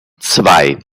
zwei